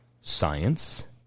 science